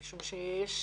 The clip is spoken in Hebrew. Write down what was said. משום שיש